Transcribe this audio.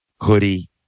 hoodie